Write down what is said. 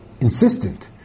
insistent